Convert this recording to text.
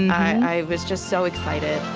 i was just so excited